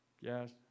yes